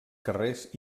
carrers